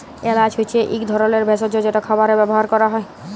এল্যাচ হছে ইক ধরলের ভেসজ যেট খাবারে ব্যাভার ক্যরা হ্যয়